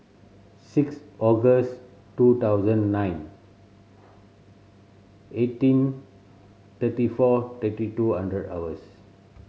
six August two thousand nine eighteen thirty four thirty two hundred hours